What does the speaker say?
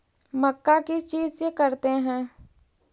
मक्का किस चीज से करते हैं?